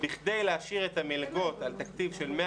שבכדי להשאיר את המלגות על תקציב של 100